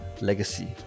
Legacy